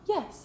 Yes